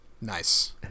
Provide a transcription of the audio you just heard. Nice